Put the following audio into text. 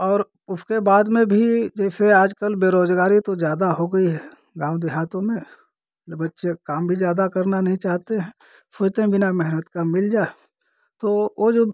और उसके बाद में भी जैसे आजकल बेरोजगारी तो जादा हो गई है गाँव देहातों में न बच्चे काम भी ज़्यादा करना नहीं चाहते हैं सोचते हैं बिना मेहनत का मिल जाए तो वो जो